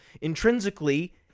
intrinsically